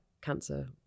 cancer